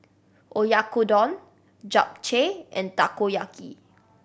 Oyakodon Japchae and Takoyaki